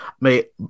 mate